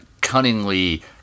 cunningly